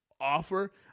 offer